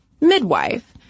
midwife